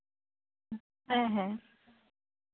ᱦᱮᱸ ᱦᱮᱸ